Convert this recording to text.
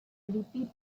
repeat